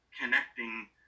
connecting